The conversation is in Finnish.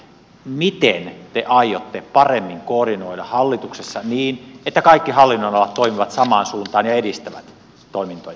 miten te aiotte paremmin koordinoida hallituksessa niin että kaikki hallinnonalat toimivat samaan suuntaan ja edistävät toimintoja